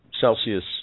Celsius